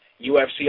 UFC